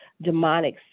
demonic